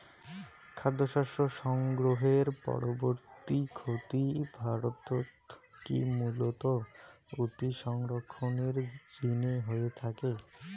খাদ্যশস্য সংগ্রহের পরবর্তী ক্ষতি ভারতত কি মূলতঃ অতিসংরক্ষণের জিনে হয়ে থাকে?